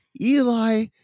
Eli